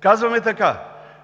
Казваме така: